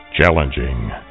Challenging